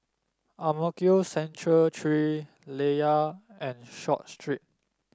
Ang Mo Kio Central Three Layar and Short Street